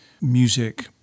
music